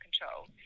control